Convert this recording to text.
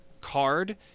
card